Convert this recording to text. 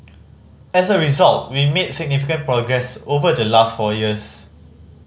as a result we made significant progress over the last four years